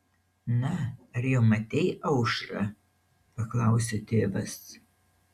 na ar jau matei aušrą paklausė tėvas